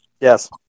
Yes